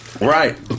Right